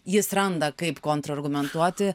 jis randa kaip kontrargumentuoti